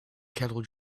kettle